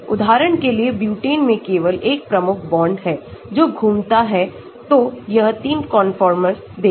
उदाहरण के लिए ब्यूटेन में केवल एक प्रमुख बॉन्ड है जो घुमा है तो यह 3 कंफर्टर्स देगा